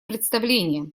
представление